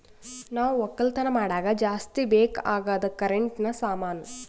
ನಾವ್ ಒಕ್ಕಲತನ್ ಮಾಡಾಗ ಜಾಸ್ತಿ ಬೇಕ್ ಅಗಾದ್ ಕರೆಂಟಿನ ಸಾಮಾನು